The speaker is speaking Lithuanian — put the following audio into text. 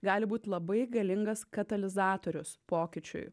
gali būt labai galingas katalizatorius pokyčiui